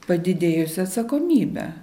padidėjusia atsakomybe